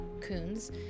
Coons